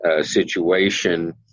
situation